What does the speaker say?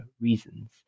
reasons